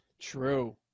True